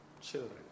children